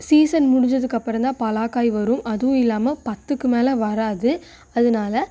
season முடிஞ்சதுக்கப்புறோந்தான் பலாக்காய் வரும் அதுவும் இல்லாம பத்துக்கு மேலே வராது அதனால